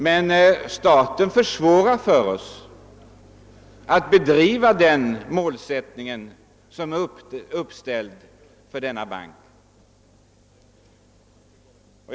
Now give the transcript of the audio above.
Men staten gör det svårt för oss att arbeta för det mål som är uppsatt för denna bank.